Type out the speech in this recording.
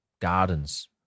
Gardens